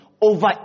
over